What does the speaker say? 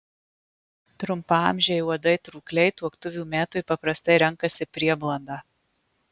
trumpaamžiai uodai trūkliai tuoktuvių metui paprastai renkasi prieblandą